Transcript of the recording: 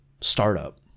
startup